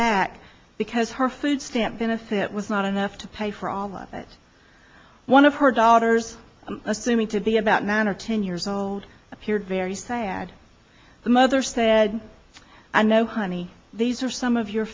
back because her food stamp in a set was not enough to pay for all of it one of her daughters assuming to be about nine or ten years old appeared very sad the mother said i know honey these are some of your